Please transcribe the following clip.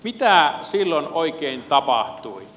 mitä silloin oikein tapahtui